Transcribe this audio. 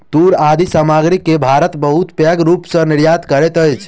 तूर आदि सामग्री के भारत बहुत पैघ रूप सॅ निर्यात करैत अछि